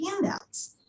handouts